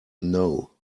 know